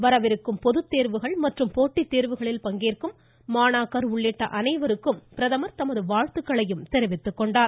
வரவிருக்கும் பொதுத்தேர்வுகள் மற்றும் போட்டித் தேர்வுகளில் பங்கேற்கும் மாணாக்கர் உள்ளிட்ட அனைவருக்கும் பிரதமர் தமது வாழ்த்துக்களையும் தெரிவித்துக்கொண்டார்